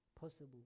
possible